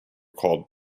called